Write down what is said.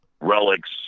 relics